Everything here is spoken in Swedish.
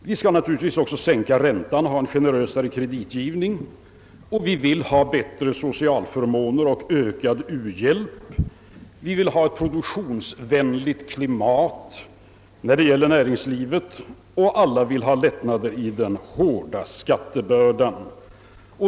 Vi skall naturligtvis också sänka räntan och ha en generösare kreditgivning, och vi vill ha bättre socialförmåner och ökad u-hjälp. Vi vill ha ett produktionsvänligt klimat när det gäller näringslivet och alla vill ha lättnader i den hårda skattebördan.